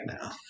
now